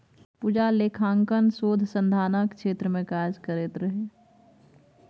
पूजा लेखांकन शोध संधानक क्षेत्र मे काज करैत रहय